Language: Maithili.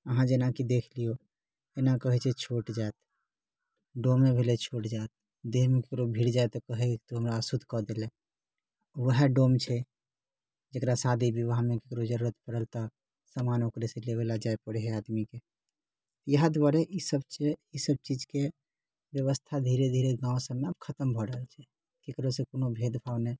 अहाँ जेनाकि देखि लिऔ एना कहै छै छोट जाति डोमे भेलै छोट जाति देहमे भिड़ जाए तऽ कहै तू हमरा अशुद्ध कए देलए वएह डोम छै जेकरा शादी विवाहमे केकरो जरुरत पड़ल तऽ समान ओकरेसँ लेबे ला पड़ैया इएह दुआरे ई सभ चीजकेँ व्यवस्था धीरे धीरे गाँव सभमे खतम भऽ रहल छै ककरोसँ कोनो भेदभाव नहि